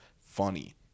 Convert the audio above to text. funny